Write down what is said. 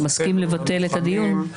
אתה מסכים לבטל את הדיון?